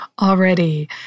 already